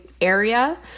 area